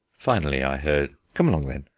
finally i heard come along then,